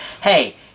Hey